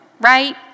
right